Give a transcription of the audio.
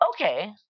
okay